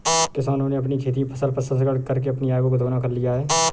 किसानों ने अपनी खेती में फसल प्रसंस्करण करके अपनी आय को दुगना कर लिया है